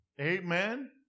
Amen